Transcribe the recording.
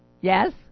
Yes